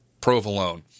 provolone